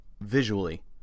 visually